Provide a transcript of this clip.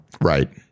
Right